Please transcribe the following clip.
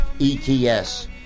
ETS